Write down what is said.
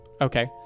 Okay